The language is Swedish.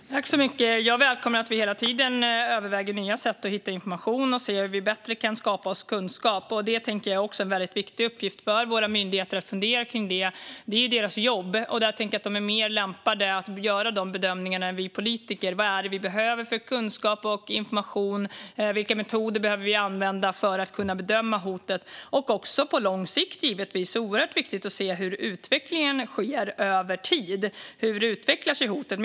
Herr ålderspresident! Jag välkomnar att vi hela tiden överväger nya sätt att hitta information och ser på hur vi bättre kan skaffa oss kunskap. Det tänker jag också är en viktig uppgift för våra myndigheter att fundera över. Det är deras jobb, och jag tänker att de är mer lämpade än vi politiker att göra de bedömningarna: Vad är det vi behöver för kunskap och information? Vilka metoder behöver vi använda för att kunna bedöma hotet? På lång sikt är det givetvis oerhört viktigt att se hur utvecklingen sker över tid. Hur utvecklar sig hotet?